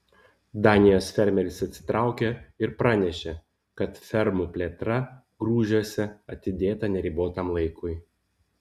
danijos fermeris atsitraukė ir pranešė kad fermų plėtra grūžiuose atidėta neribotam laikui